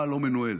במלחמה לא מנוהלת.